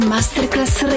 Masterclass